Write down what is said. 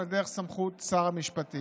אלא דרך סמכות שר המשפטים.